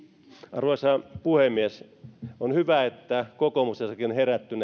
arvoisa puhemies on hyvä että kokoomuksessakin on on herätty